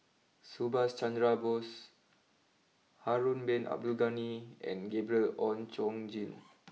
Subhas Chandra Bose Harun Bin Abdul Ghani and Gabriel Oon Chong Jin